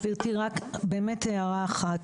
גברתי, הערה אחת.